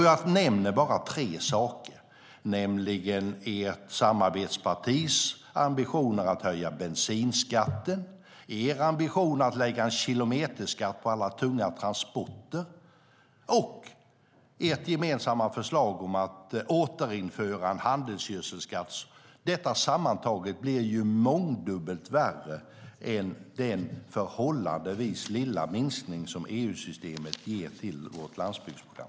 Jag nämner bara tre saker, nämligen ert samarbetspartis ambitioner att höja bensinskatten, er ambition att lägga en kilometerskatt på alla tunga transporter och ert gemensamma förslag om att återinföra en handelsgödselskatt. Detta sammantaget blir mångdubbelt värre än den förhållandevis lilla minskning som EU-systemet ger till vårt landsbygdsprogram.